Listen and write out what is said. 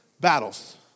battles